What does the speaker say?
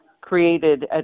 created